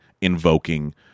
invoking